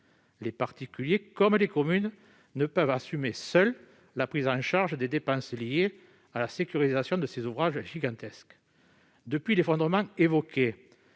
les particuliers ni les communes ne peuvent assumer seuls la prise en charge des dépenses liées à la sécurisation de ces ouvrages gigantesques. Depuis l'effondrement évoqué,